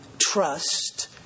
trust